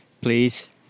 please